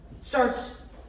starts